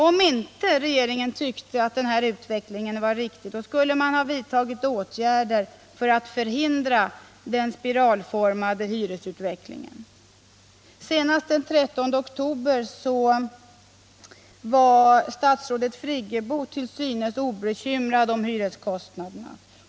Om regeringen inte tyckte att den utvecklingen var riktig, skulle åtgärder ha vidtagits för att förhindra den spiralformiga hyresutvecklingen. Senast den 13 oktober var statsrådet Friggebo till synes obekymrad om hyreskostnaderna.